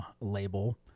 label